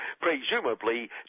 presumably